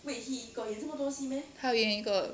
他有演一个